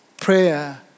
prayer